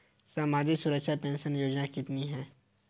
सामाजिक सुरक्षा पेंशन योजना कितनी हैं?